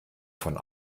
von